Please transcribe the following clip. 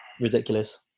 ridiculous